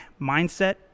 mindset